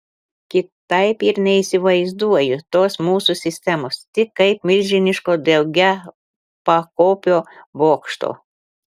kitaip ir neįsivaizduoju tos mūsų sistemos tik kaip milžiniško daugiapakopio bokšto